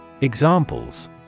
Examples